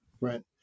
Right